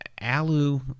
alu